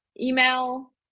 email